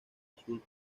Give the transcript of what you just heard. azul